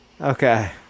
okay